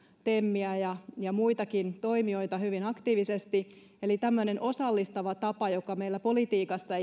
temiä ja ja muitakin toimijoita hyvin aktiivisesti eli tämmöinen osallistava tapa joka meillä politiikassa